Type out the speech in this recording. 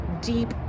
deep